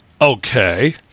Okay